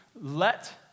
let